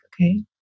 okay